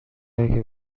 اگه